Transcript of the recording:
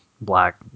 black